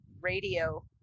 radio